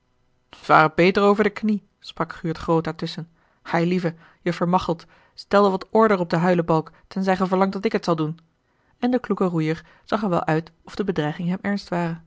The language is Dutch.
beter over de knie sprak guurt groot daar tusschen eilieve juffer machteld stel wat order op den huilebalk tenzij ge verlangt dat ik het zal doen en de kloeke roeier zag er wel uit of de bedreiging hem ernst ware